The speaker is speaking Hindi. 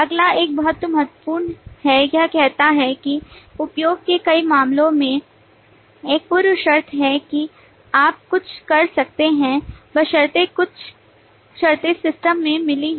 अगला एक बहुत महत्वपूर्ण है यह कहता है कि उपयोग के कई मामलों में एक पूर्व शर्त है कि आप कुछ कर सकते हैं बशर्ते कुछ शर्तें सिस्टम में मिली हों